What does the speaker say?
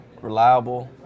reliable